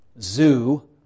zoo